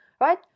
right